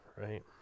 right